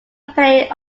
play